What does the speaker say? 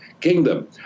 kingdom